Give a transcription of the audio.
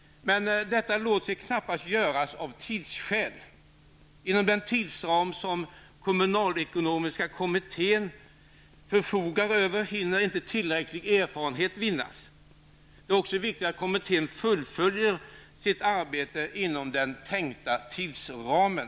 Men av tidsskäl låter sig detta knappast göra. Inom den tid som den kommunalekonomiska kommittén förfogar över hinner man inte få tillräcklig erfarenhet. Det är också viktigt att kommittén fullföljer sitt arbete inom den tänkta tidsramen.